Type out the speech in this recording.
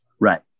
Right